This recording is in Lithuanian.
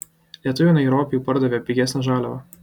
lietuviai nairobiui pardavė pigesnę žaliavą